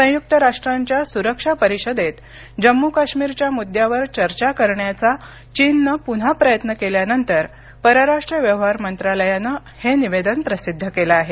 संयुक्त राष्ट्रांच्या सुरक्षा परिषदेत जम्मू काश्मीरचा मुद्द्यावर चर्चा करण्याचा चीननं पन्हा प्रयत्न केल्यानंतर परराष्ट्र व्यवहार मंत्रालयानं हे निवेदन प्रसिद्ध केलं आहे